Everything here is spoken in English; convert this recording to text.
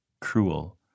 Cruel